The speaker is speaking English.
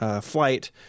flight